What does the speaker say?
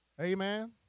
Amen